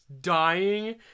dying